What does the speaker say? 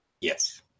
yes